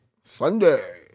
Sunday